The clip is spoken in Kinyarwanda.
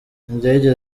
indege